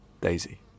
daisy